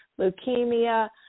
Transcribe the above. leukemia